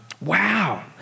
Wow